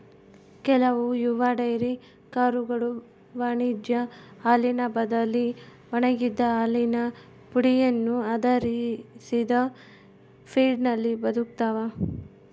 ಕೆಲವು ಯುವ ಡೈರಿ ಕರುಗಳು ವಾಣಿಜ್ಯ ಹಾಲಿನ ಬದಲಿ ಒಣಗಿದ ಹಾಲಿನ ಪುಡಿಯನ್ನು ಆಧರಿಸಿದ ಫೀಡ್ನಲ್ಲಿ ಬದುಕ್ತವ